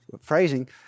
phrasing